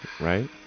Right